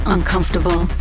Uncomfortable